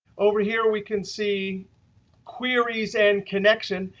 over here we can see queries and connection.